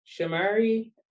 Shamari